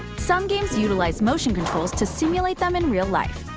some games utilize motion controls to simulate them in real life.